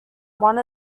one